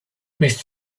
with